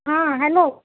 हां हॅलो